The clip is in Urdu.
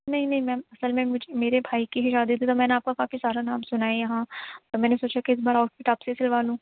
نہیں نہیں میم اصل میں مجھ میرے بھائی کی ہی شادی تھی تو میں نے آپ کا کافی سارا نام سُنا ہے یہاں تو میں نے سوچا کہ اِس بار آؤٹ فٹ آپ سے سِلوا لوں